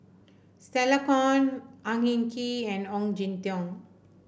Stella Kon Ang Hin Kee and Ong Jin Teong